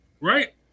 Right